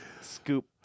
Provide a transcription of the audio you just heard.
scoop